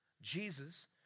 Jesus